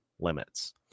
limits